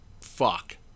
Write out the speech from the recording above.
Fuck